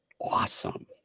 awesome